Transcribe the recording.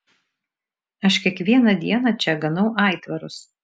aš kiekvieną dieną čia ganau aitvarus